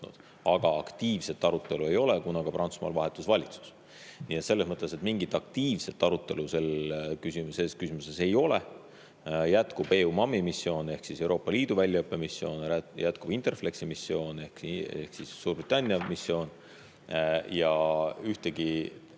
aga aktiivset arutelu ei ole, kuna Prantsusmaal vahetus valitsus. Nii et mingit aktiivset arutelu selles küsimuses ei ole. Jätkub EUMAM-i missioon ehk siis Euroopa Liidu väljaõppemissioon, jätkub Interflexi missioon ehk Suurbritannia missioon. Ühtegi